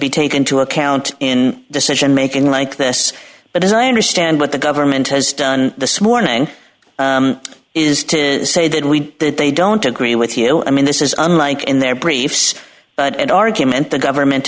be taken into account in decision making like this but as i understand what the government has done the smore ning is to say that we that they don't agree with you i mean this is unlike in their briefs but an argument the government